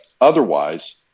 otherwise